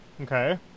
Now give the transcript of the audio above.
Okay